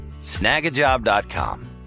snagajob.com